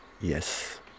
yes